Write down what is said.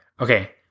Okay